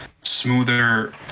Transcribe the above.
smoother